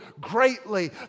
greatly